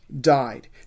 died